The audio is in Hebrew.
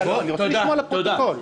אני רוצה לשמוע לפרוטוקול.